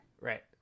Right